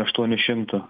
aštuonių šimtų